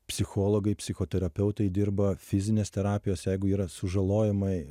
psichologai psichoterapeutai dirba fizinės terapijos jeigu yra sužalojimai